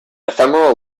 ephemeral